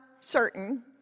certain